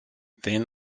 then